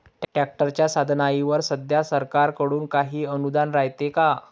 ट्रॅक्टरच्या साधनाईवर सध्या सरकार कडून काही अनुदान रायते का?